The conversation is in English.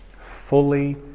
Fully